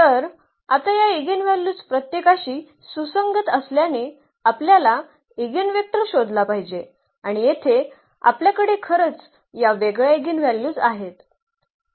तर आता या ईगेनव्हल्यूज प्रत्येकाशी सुसंगत असल्याने आपल्याला ईगनवेक्टर शोधला पाहिजे आणि येथे आपल्याकडे खरंच या वेगळ्या ईगेनव्हल्यूज आहेत